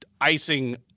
icing